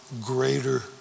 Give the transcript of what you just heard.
greater